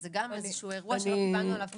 אז זה גם איזשהו אירוע שלא קיבלנו עליו תשובות.